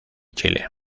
chile